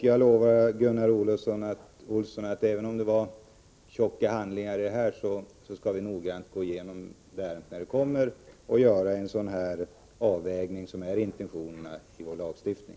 Jag lovar Gunnar Olsson att vi, även om det var tjocka handlingar i detta ärende, noggrant skall gå genom dem när de kommer och göra en avvägning i enlighet med intentionerna i vår lagstiftning.